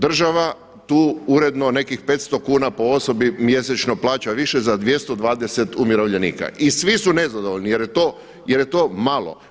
Država tu uredno nekih 500 kuna po osobi mjesečno plaća više za 220 umirovljenika i svi su nezadovoljni jer je to malo.